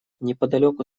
неподалеку